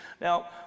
now